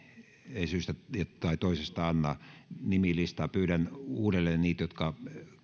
ei syystä tai toisesta anna nimilistaa pyydän uudelleen niitä jotka